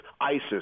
ISIS